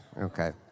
Okay